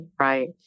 right